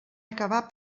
acabar